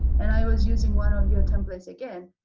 and i was using one of your templates again.